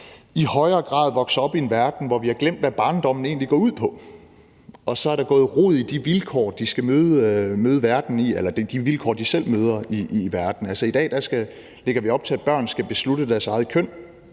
i højere grad vokser op i en verden, hvor vi har glemt, hvad barndommen egentlig går ud på, og så er der gået rod i de vilkår, de skal møde verden under, eller de vilkår, de selv møder i verden. I dag lægger vi op til, at børn skal beslutte deres eget køn,